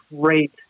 great